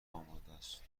آمادست